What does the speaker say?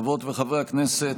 חברות וחברי הכנסת,